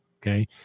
Okay